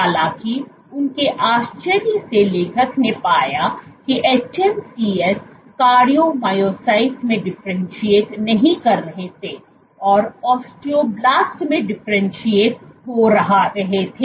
हालांकि उनके आश्चर्य से लेखक ने पाया कि hMSCs कार्डियोमायोसाइट्स में डिफरेंटशिएट नहीं कर रहे थे और ओस्टियोब्लास्ट में डिफरेंटशिएट हो रहे थे